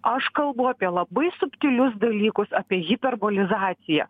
aš kalbu apie labai subtilius dalykus apie hiperbolizaciją